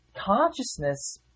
Consciousness